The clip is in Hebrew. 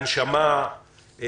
מכונות הנשמה,